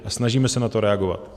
A snažíme se na to reagovat.